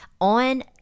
On